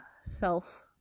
self